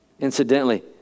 Incidentally